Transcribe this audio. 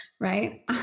Right